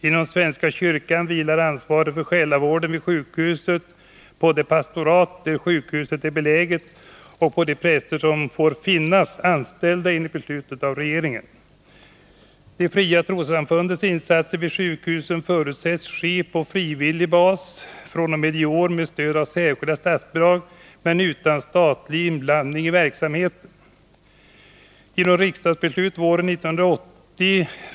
Inom svenska kyrkan vilar ansvaret för själavården vid sjukhusen på det pastorat där ett sjukhus är beläget och på de präster som får finnas anställda där enligt beslut av regeringen. De fria trossamfundens insatser vid sjukhusen förutsätts ske på frivillig bas, fr.o.m. i år med stöd av särskilda statsbidrag men utan statlig inblandning i verksamheten. Genom det tidigare nämnda riksdagsbeslutet samt ett annat riksdagsbeslut våren 1980 (prop. 1979/80:100 bil.